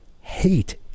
hate